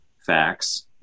facts